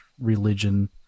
religion